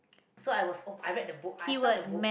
so I was op~ I read the book I turn the book